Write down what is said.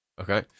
Okay